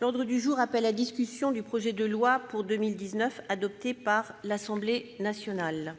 L'ordre du jour appelle la discussion du projet de loi de finances pour 2019, adopté par l'Assemblée nationale